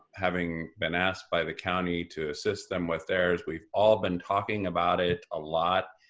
having been asked by the county to assist them with theirs. we've all been talking about it a lot.